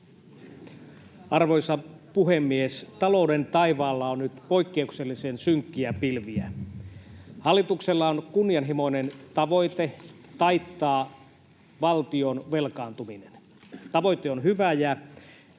Arvoisa puhemies! Talouden taivaalla on nyt poikkeuksellisen synkkiä pilviä. Hallituksella on kunnianhimoinen tavoite taittaa valtion velkaantuminen. Tavoite on hyvä,